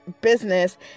business